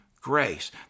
grace